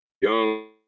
young